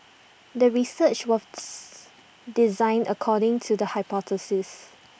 the research was designed according to the hypothesis